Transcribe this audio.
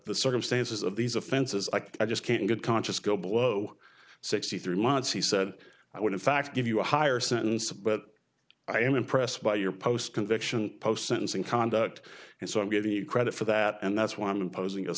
the circumstances of these offenses i think i just can't get conscious go below sixty three months he said i would in fact give you a higher sentence but i am impressed by your post conviction post sentencing conduct and so i'm giving you credit for that and that's why i'm imposing a